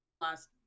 last